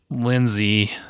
Lindsay